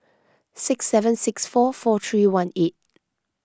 six seven six four four three one eight